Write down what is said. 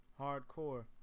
Hardcore